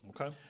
Okay